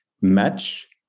match